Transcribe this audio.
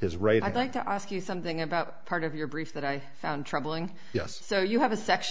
his right i think to ask you something about part of your brief that i found troubling yes so you have a section